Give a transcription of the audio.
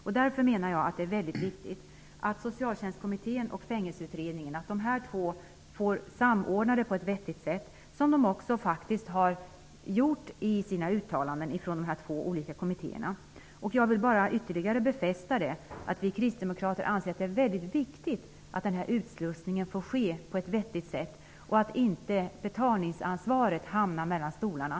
Jag menar därför att det är väldigt viktigt att Socialtjänstkommittén och Fängelseutredningen samordnas på ett vettigt sätt. Det har faktiskt också skett i uttalanden från dessa två kommittéer. Vi kristdemokrater anser att det är väldigt viktigt att utslussningen får ske på ett vettigt sätt och att betalningsansvaret inte hamnar mellan stolarna.